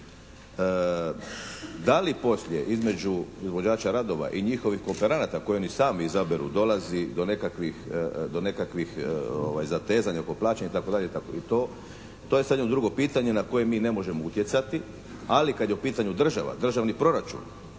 Da li poslije između izvođača radova i njihovih kooperanata koji oni sami izabiru dolazi do nekakvih zatezanja oko plaćanja itd. i to to je sad jedno drugo pitanje na koje mi ne možemo utjecati. Ali kad je u pitanju država, državni proračun